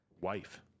Wife